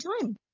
time